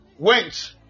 Went